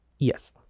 yes